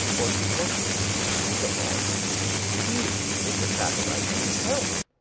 or to what vagabond he is a satellite himself